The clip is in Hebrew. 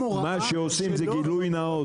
וגם הוראה שלא --- מה שעושים זה גילוי נאות,